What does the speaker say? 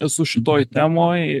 esu šitoj temoj